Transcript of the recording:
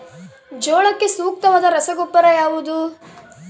ಜೋಳಕ್ಕೆ ಸೂಕ್ತವಾದ ರಸಗೊಬ್ಬರ ಯಾವುದು?